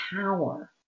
power